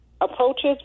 approaches